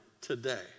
today